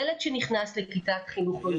ילד שנכנס לכיתת חינוך מיוחד,